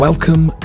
Welcome